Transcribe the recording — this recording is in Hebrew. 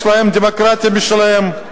יש להם דמוקרטיה משלהם,